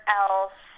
else